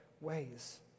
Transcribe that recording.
ways